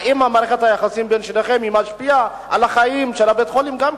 האם מערכת היחסים בין שניכם משפיעה על החיים של בית-החולים גם כן?